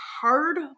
hard